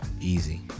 Easy